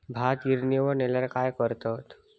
भात गिर्निवर नेल्यार काय करतत?